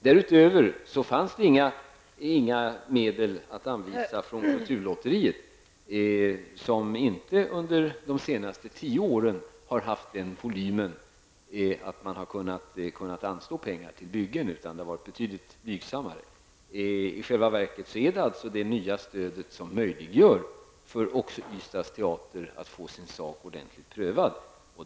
Därutöver fanns inga medel att anvisa från kulturlotteriet, eftersom det inte de senaste tio åren har haft en sådan volym att man kunnat anslå pengar till byggen, utan det har varit fråga om betydligt blygsammare projekt. Det är i själva verket det nya stödet som möjliggör också för Ystads teater att få sin sak ordentligt prövad.